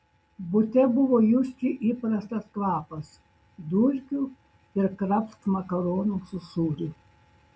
bute buvo justi įprastas kvapas dulkių ir kraft makaronų su sūriu